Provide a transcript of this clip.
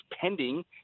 pending